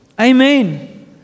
Amen